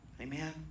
Amen